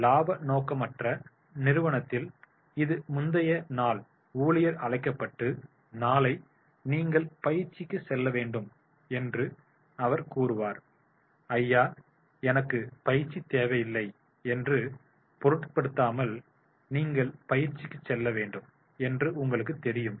இலாப நோக்கற்ற நிறுவனத்தில் இது முந்தைய நாள் ஊழியர் அழைக்கப்பட்டு நாளை நீங்கள் பயிற்சிக்கு செல்ல வேண்டும் என்று அவர் கூறுவார் ஐயா எனக்கு பயிற்சி தேவையில்லை என்று பொருட்படுத்தாமல் நீங்கள் பயிற்சிக்கு செல்ல வேண்டும் என்று உங்களுக்குத் தெரியும்